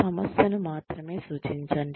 సమస్యను మాత్రమే సూచించండి